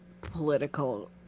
political